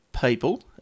people